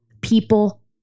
people